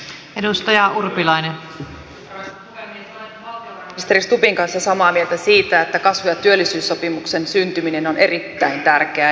olen valtiovarainministeri stubbin kanssa samaa mieltä siitä että kasvu ja työllisyyssopimuksen syntyminen on erittäin tärkeää